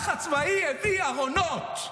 לחץ צבאי הביא ארונות,